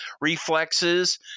reflexes